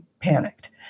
panicked